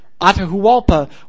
Atahualpa